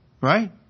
right